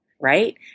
Right